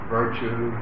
virtue